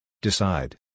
Decide